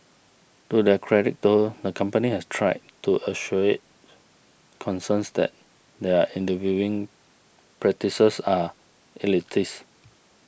to their credit though the company has tried to assuage concerns that their interviewing practices are elitist